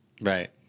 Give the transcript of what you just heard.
Right